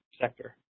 sector